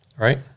right